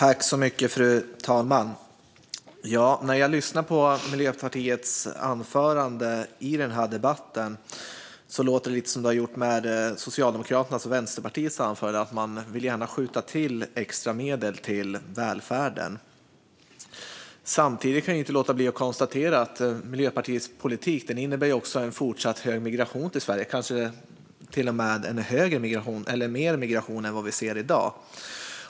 Fru talman! När jag lyssnar på Miljöpartiets anförande i debatten låter det lite som det som sagts i Socialdemokraternas och Vänsterpartiets anföranden. Man vill gärna skjuta till extra medel till välfärden. Samtidigt kan jag inte låta bli att konstatera att Miljöpartiets politik innebär en fortsatt hög migration till Sverige och kanske till och med mer migration än vad vi ser i dag.